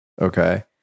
Okay